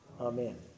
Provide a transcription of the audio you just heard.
Amen